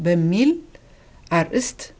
they mean at least